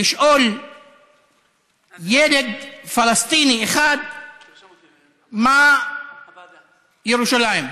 לשאול ילד פלסטיני אחד מהי ירושלים,